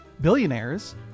billionaires